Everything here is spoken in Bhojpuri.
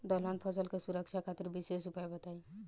दलहन फसल के सुरक्षा खातिर विशेष उपाय बताई?